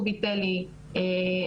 שלא הבנתי בהם שום דבר,